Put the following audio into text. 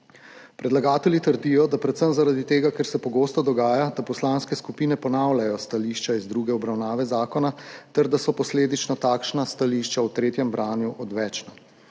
Predlagatelji trdijo, da predvsem zaradi tega, ker se pogosto dogaja, da poslanske skupine ponavljajo stališča iz druge obravnave zakona ter da so posledično takšna stališča v tretjem branju odvečna.